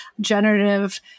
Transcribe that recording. generative